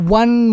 one